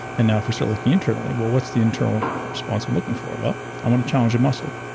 and now if we start looking internally, well what's the internal response i'm looking for? well, i want to challenge a muscle.